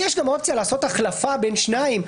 יש גם אופציה לעשות החלפה בין שניים,